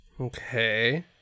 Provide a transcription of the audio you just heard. Okay